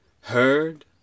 heard